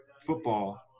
football